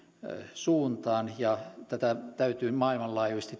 suuntaan ja tätä työtä täytyy maailmanlaajuisesti